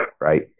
right